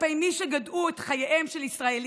כלפי מי שגדעו את חייהם של ישראלים,